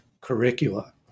curricula